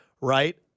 right